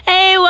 Hey